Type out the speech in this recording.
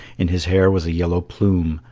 in his hair was a yellow plume,